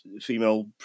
female